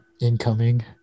Incoming